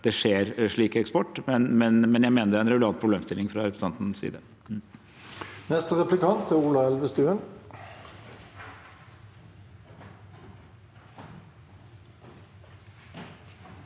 det skjer en slik eksport, men jeg mener det er en relevant problemstilling fra representantens side.